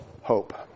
hope